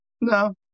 No